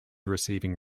receiving